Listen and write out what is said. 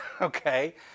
okay